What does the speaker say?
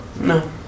No